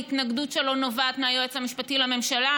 ההתנגדות לו נובעת מהיועץ המשפטי לממשלה,